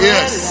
Yes